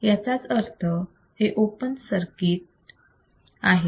याचाच अर्थ हे ओपन सर्किट आहे